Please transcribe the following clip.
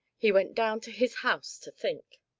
he went down to his house to think.